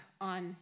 on